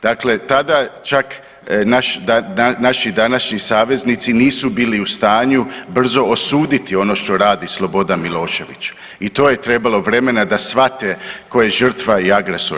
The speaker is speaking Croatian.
Dakle tada čak naši današnji saveznici nisu bili u stanju brzo osuditi ono što radi Slobodan Milošević i to je trebalo vremena da shvate tko je žrtva i agresor.